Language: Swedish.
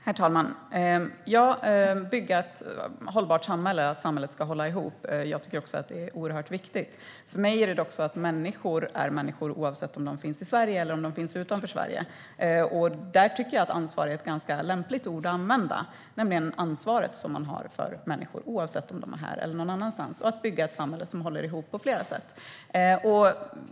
Herr talman! Att bygga ett hållbart samhälle och att samhället ska hålla ihop tycker även jag är oerhört viktigt. För mig är det dock så att människor är människor oavsett om de finns i Sverige eller om de finns utanför Sverige. Här tycker jag att ansvar är ett ganska lämpligt ord att använda - ansvaret man har för människor, oavsett om de är här eller någon annanstans, och för att bygga ett samhälle som håller ihop på flera sätt.